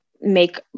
make